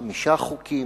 חמישה חוקים?